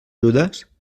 judes